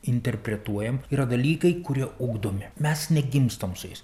interpretuojam yra dalykai kurie ugdomi mes negimstam su jais